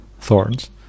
thorns